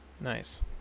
Nice